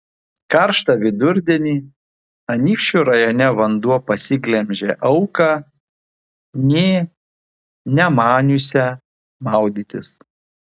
karštą vidurdienį anykščių rajone vanduo pasiglemžė auką nė nemaniusią maudytis